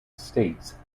states